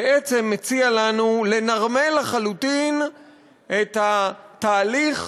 בעצם מציע לנו לנרמל לחלוטין את התהליך